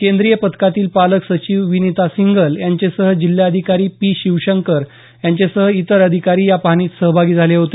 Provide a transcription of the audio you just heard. केंद्रीय पथकातील पालक साचिव विनिता सिंघल यांचेसह जिल्हाधिकारी पी शिवशंकर यांचेसह इतर अधिकारी या पाहणीत सहभागी झाले होते